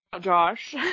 josh